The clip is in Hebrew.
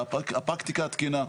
אלא הפרקטיקה התקינה.